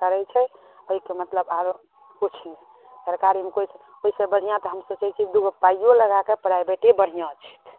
करै छै ओहिसे मतलब आरो किछु नहि सरकारीमे तऽ ओहि से बढ़िआँ तऽ हम बुझै छी दू गो पाइओ लगाकऽ प्राइभेटे बढ़िआँ छै